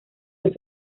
los